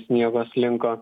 sniego slinko